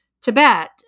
Tibet